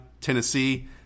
Tennessee